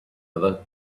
other